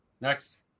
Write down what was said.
next